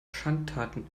schandtaten